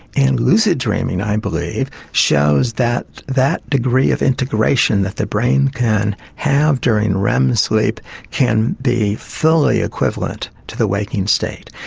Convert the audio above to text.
and lucid dreaming, i believe, shows that that degree of integration that the brain can have during rem sleep can be fully equivalent to the waking state.